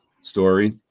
story